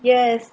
yes